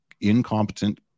incompetent